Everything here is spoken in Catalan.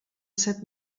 set